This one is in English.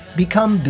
become